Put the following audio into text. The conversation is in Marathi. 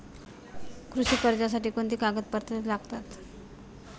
कृषी कर्जासाठी कोणती कागदपत्रे लागतात?